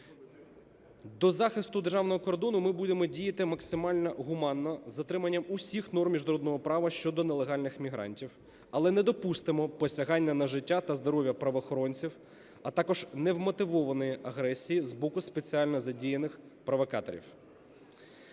До захисту державного кордону ми будемо діяти максимально гуманно, з дотриманням усіх норм міжнародного права щодо нелегальних мігрантів, але не допустимо посягання на життя та здоров'я правоохоронців, а також невмотивованої агресії з боку спеціально задіяних провокаторів.